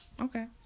okay